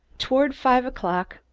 toward five o'clock,